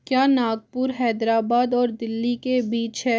क्या नागपुर हैदराबाद और दिल्ली के बीच है